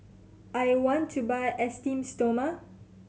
I want to buy Esteem Stoma